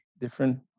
different